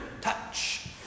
Touch